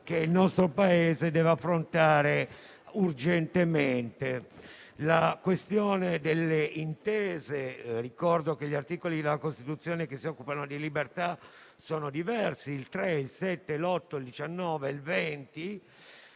che il nostro Paese deve affrontare urgentemente: la questione delle intese. Ricordo che gli articoli della Costituzione che si occupano di libertà sono diversi: gli articoli 3, 7, 8, 19 e 20.